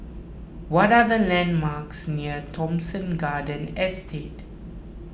what are the landmarks near Thomson Garden Estate